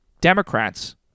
Democrats